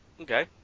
Okay